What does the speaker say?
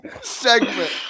segment